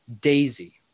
Daisy